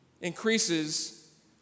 increases